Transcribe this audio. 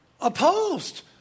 Opposed